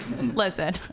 listen